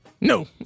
No